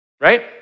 Right